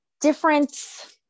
different